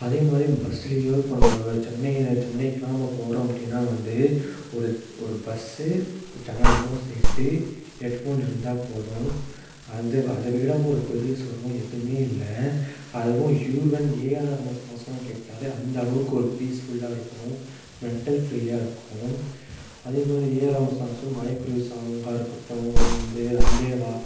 அதேமாதிரி பஸ்லியோ இப்போ நம்ப சென்னை சென்னைக்குலாம் நம்ப போகிறோம் அப்படின்னா வந்து ஒரு ஒரு பஸ்ஸு ஒரு ஜன்னல் ஓரம் சீட்டு ஹெட்ஃபோன் இருந்தா போதும் அது அதை விட ஒரு பெரிய சொர்கம் எதுவுமே இல்லை அதுவும் யுவன் ஏஆர் ரகுமான் சாங்ஸ்லாம் கேட்டாலே அந்தளவுக்கு ஒரு பீஸ்ஃபுல்லாக இருக்கும் மென்ட்டல் ஃபிரீயாக இருக்கும் அதேமாதிரி ஏஏஆர் ரகுமான் சாங்ஸ்ஸும் மழைக்குரிய சாங்காக இருக்கட்டும் வந்து அன்பே வா